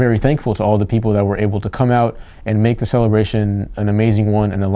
very thankful to all the people that were able to come out and make the celebration an amazing one